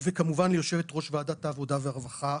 וכמובן יושבת-ראש ועדת העבודה והרווחה,